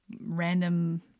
random